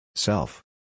Self